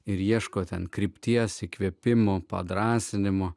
ir ieško ten krypties įkvėpimo padrąsinimo